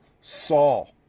Saul